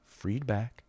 Freedback